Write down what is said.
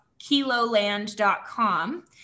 kiloland.com